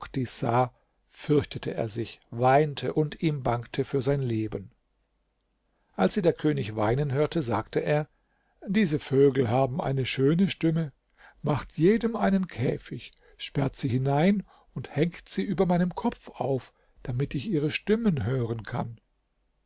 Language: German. fürchtete er sich weinte und ihm bangte für sein leben als sie der könig weinen hörte sagte er diese vögel haben eine schöne stimme macht jedem einen käfig sperrt sie hinein und hängt sie über meinem kopf auf damit ich ihre stimmen hören kann